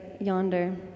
yonder